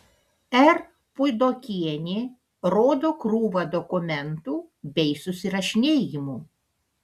r puidokienė rodo krūvą dokumentų bei susirašinėjimų